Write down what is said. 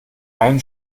einen